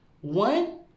One